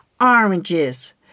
oranges